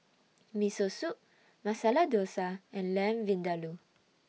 Miso Soup Masala Dosa and Lamb Vindaloo